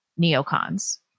neocons